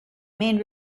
main